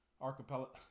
archipelago